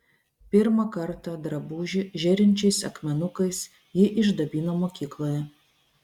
pirmą kartą drabužį žėrinčiais akmenukais ji išdabino mokykloje